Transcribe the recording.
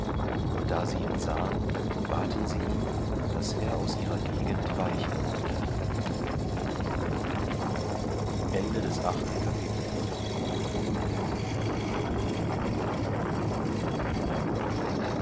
und da sie ihn sahen baten sie ihn daß er aus ihrer gegend weichen wollte